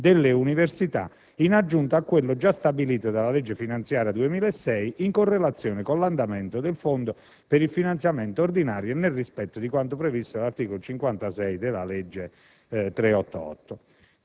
delle università, in aggiunta a quello già stabilito dalla legge finanziaria 2006, «in correlazione con l'andamento del fondo per il finanziamento ordinario e nel rispetto di quanto previsto dall'articolo 56, comma 5, della